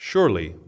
Surely